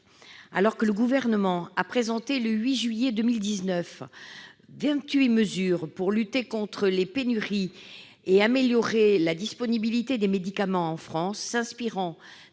2019, le Gouvernement a présenté vingt-huit mesures pour lutter contre les pénuries et améliorer la disponibilité des médicaments en France, s'inspirant